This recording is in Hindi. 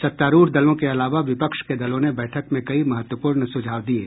सत्तारूढ़ दलों के अलावा विपक्ष के दलों ने बैठक में कई महत्वपूर्ण सुझाव दिये